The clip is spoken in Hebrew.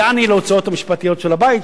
יעני להוצאות המשפטיות של קניית הבית,